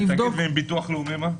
ביטוח לאומי מה?